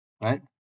right